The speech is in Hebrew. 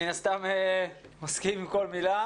מן הסתם אני מסכים עם כל מילה.